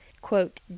quote